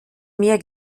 meer